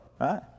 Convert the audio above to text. right